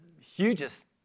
hugest